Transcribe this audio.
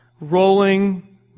rolling